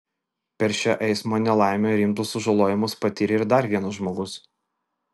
per šią eismo nelaimę rimtus sužalojimus patyrė ir dar vienas žmogus